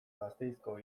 gasteizko